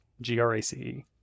G-R-A-C-E